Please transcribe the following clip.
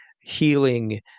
healing